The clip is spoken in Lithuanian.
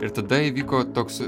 ir tada įvyko toks